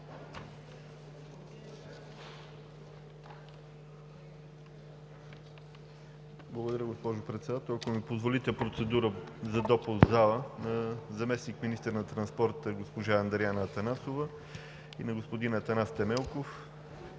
Благодаря, госпожо Председател. Ако ми позволите, правя процедура за допуск в залата на заместник-министъра на транспорта – госпожа Андриана Атанасова, и на господин Атанас Темелков